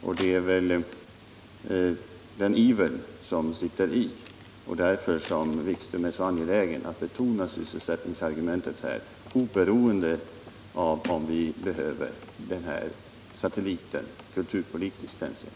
Det är väl den ivern som sitter i, och det är därför Jan-Erik Wikström är så angelägen att betona sysselsättningsargumentet, oberoende av om vi behöver den här satelliten i kulturpolitiskt hänseende.